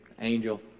angel